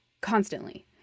constantly